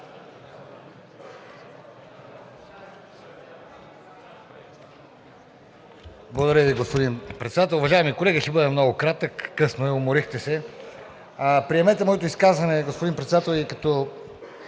Благодаря Ви, господин Председател. Уважаеми колеги, ще бъда много кратък. Късно е, уморихте се. Приемете моето изказване, господин Председател, и като